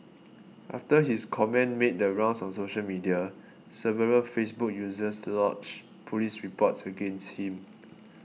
after his comment made the rounds on social media several Facebook users lodged police reports against him